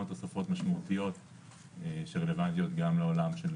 תוספות משמעותיות שרלוונטיות גם לעולם של